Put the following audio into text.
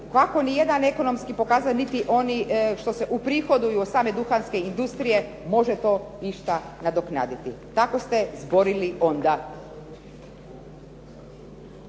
Kako ni jedan ekonomski pokazatelj niti oni što se uprihoduju od same duhanske industrije može to išta nadoknaditi. Tako ste zborili onda.